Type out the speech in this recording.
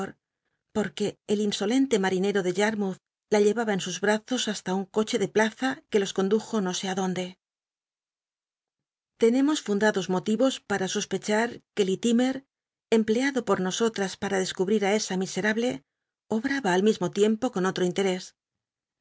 poque el insolente marinei'o de yarmouth la llevaba en sus bazos hasta un coche de plaza que los condujo no só li donde l'cncmos fundados moti ros p mt sospcchat que jjiltimm empleado por nosotras para descubrir á esa miserable obraba al mismo tiempo con oho inlerós